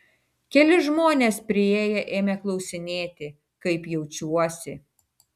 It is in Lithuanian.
keli žmonės priėję ėmė klausinėti kaip jaučiuosi